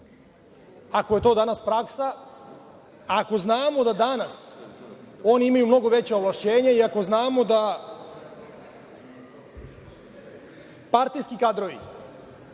ako je to danas praksa, ako znamo da danas oni imaju mnogo veća ovlašćenja i ako znamo da partijski kadrovi